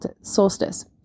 solstice